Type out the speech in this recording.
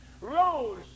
rose